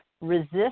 resist